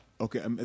okay